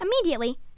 Immediately